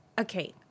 Okay